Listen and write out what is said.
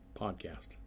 podcast